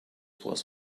was